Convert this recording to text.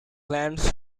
plants